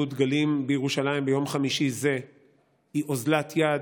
דגלים בירושלים ביום חמישי זה היא אוזלת יד,